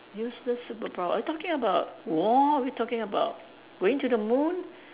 useless superpower are we talking about war are we talking about going to the moon